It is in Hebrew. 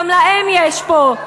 גם להם יש פה.